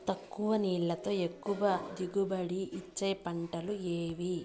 తక్కువ నీళ్లతో ఎక్కువగా దిగుబడి ఇచ్చే పంటలు ఏవి?